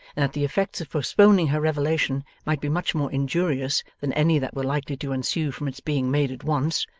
that the effects of postponing her revelation might be much more injurious than any that were likely to ensue from its being made at once,